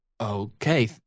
Okay